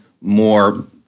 more